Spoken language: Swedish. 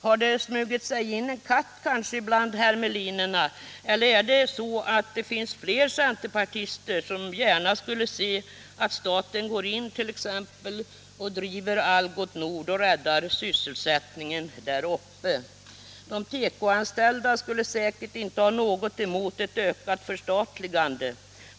Har det smugit sig in en katt bland hermelinerna, eller finns det flera centerpartister som gärna skulle se att staten går in och driver t.ex. Algots Nord för att rädda sysselsättningen där uppe? De tekoanställda skulle säkert inte ha något emot ett ökat förstatligande.